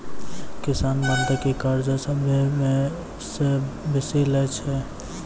किसान बंधकी कर्जा सभ्भे से बेसी लै छै